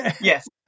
Yes